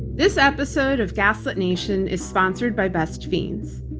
this episode of gaslit nation, is sponsored by best fiends.